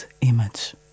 image